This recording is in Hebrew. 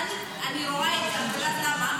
אני רואה את זה, את יודעת למה?